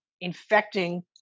infecting